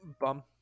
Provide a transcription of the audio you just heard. bum